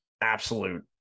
absolute